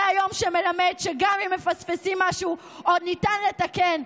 זה היום שמלמד שגם אם מפספסים משהו עוד ניתן לתקן.